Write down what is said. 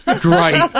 Great